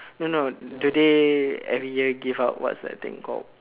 no no do they every year give out what's that thing called